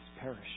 perish